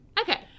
Okay